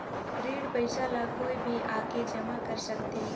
ऋण पईसा ला कोई भी आके जमा कर सकथे?